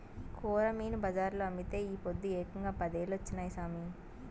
కొరమీను బజార్లో అమ్మితే ఈ పొద్దు ఏకంగా పదేలొచ్చినాయి సామి